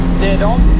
they don't